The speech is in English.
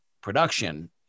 production